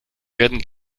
werden